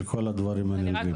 של כל הדברים האלו.